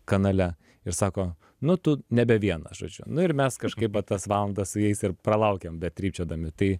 kanale ir sako nu tu nebe vienas žodžiu nu ir mes kažkaip va tas valandas su jais ir pralaukėm betrypčiodami tai